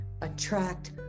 attract